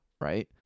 right